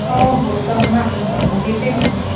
हो हो जमणार ना जमणार येते मी नक्की